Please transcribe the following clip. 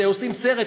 עושים סרט,